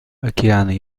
океаны